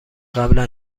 قبلا